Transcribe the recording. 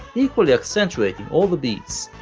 equally accentuating all the beats,